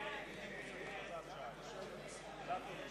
ההסתייגויות של חבר הכנסת יעקב אדרי לסעיף 01,